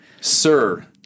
Sir